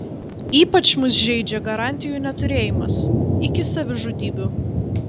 ypač mus žeidžia garantijų neturėjimas iki savižudybių